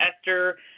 Esther –